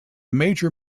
major